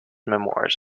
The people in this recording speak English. memoirs